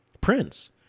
prince